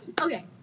Okay